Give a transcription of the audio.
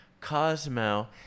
Cosmo